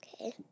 Okay